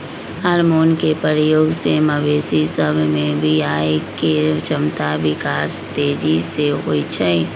hormone के प्रयोग से मवेशी सभ में बियायके क्षमता विकास तेजी से होइ छइ